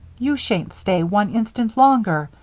you shan't stay one instant longer!